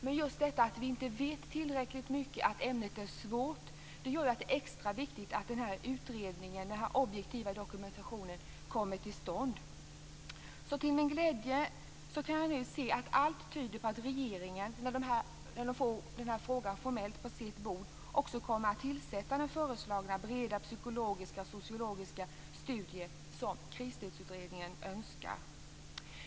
Men just detta att vi inte vet tillräckligt mycket och att ämnet är svårt gör att det är extra viktigt att denna utredning, denna objektiva dokumentation, kommer till stånd. Till min glädje kan jag nu se att allt tyder på att regeringen när den får denna fråga formellt på sitt bord också kommer att tillsätta den föreslagna breda psykologiska och sociologiska studie som Krisstödsutredningen önskar.